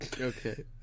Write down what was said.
Okay